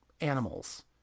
animals